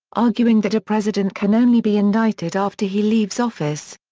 arguing that a president can only be indicted after he leaves office.